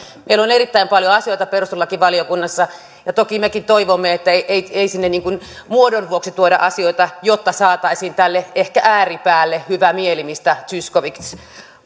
meillä on erittäin paljon asioita perustuslakivaliokunnassa ja toki mekin toivomme että sinne ei niin kuin muodon vuoksi tuoda asioita jotta saataisiin tälle ehkä ääripäälle hyvä mieli mistä zyskowicz